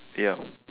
ya